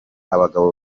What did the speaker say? abagabo